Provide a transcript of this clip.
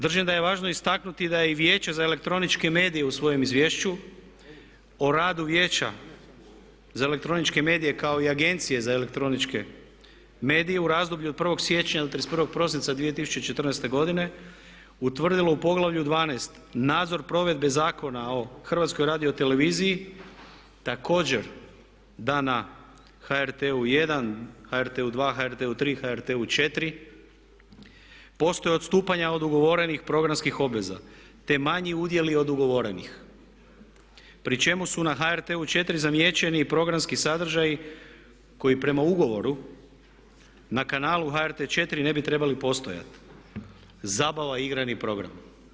Držim da je važno istaknuti da je i Vijeće za elektroničke medije u svojem Izvješću o radu Vijeća za elektroničke medije kao i Agencije za elektroničke medije u razdoblju od 1. siječnja do 31. prosinca 2014. godine utvrdilo u Poglavlju 12. – nadzor provedbe Zakona o HRT-u također da na HRT 1, HRT 2, HRT 3 i HRT 4 postoje odstupanja od ugovorenih programskih obveza te manji udjeli od ugovorenih pri čemu su na HRT 4 zamijećeni programski sadržaji koji prema ugovoru na kanalu HRT 4 ne bi trebali postojati, zabava i igrani program.